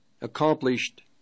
accomplished